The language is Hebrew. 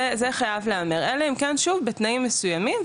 זה חייב להיאמר, אלא אם כן שוב, בתנאים מסוימים.